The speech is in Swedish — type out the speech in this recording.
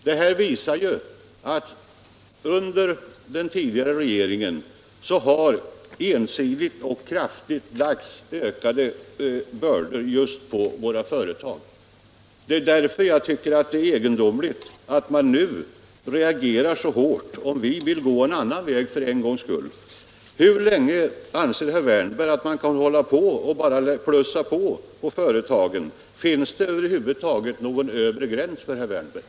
Detta visar att den tidigare regeringen ensidigt lagt kraftigt ökade bördor på våra företag. Därför tycker jag att det är egendomligt att man nu reagerar så hårt, när vi för en gångs skull vill gå en annan väg. Hur länge anser herr Wärnberg att man kan hålla på och plussa på utgifterna för företagen? Finns det över huvud taget någon övre gräns för herr Wärnberg?